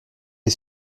les